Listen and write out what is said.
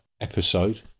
episode